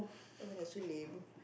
lame